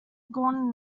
gone